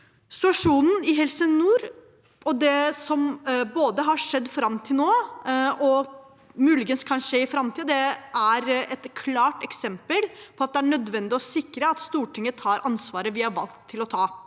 Situasjonen i Helse nord, og det som både har skjedd fram til nå og muligens kan skje i framtiden, er et klart eksempel på at det er nødvendig å sikre at Stortinget tar ansvaret vi er valgt til å ta.